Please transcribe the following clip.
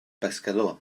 pescador